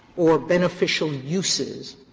or beneficial uses